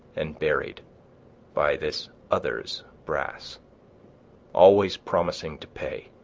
and buried by this other's brass always promising to pay,